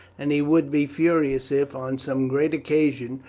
and he would be furious if, on some great occasion,